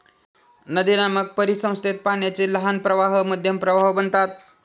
नदीनामक परिसंस्थेत पाण्याचे लहान प्रवाह मध्यम प्रवाह बनतात